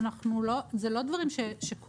זה לא דברים שקורים,